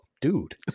dude